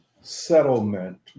settlement